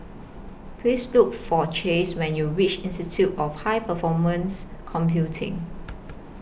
Please Look For Chase when YOU REACH Institute of High Performance Computing